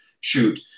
shoot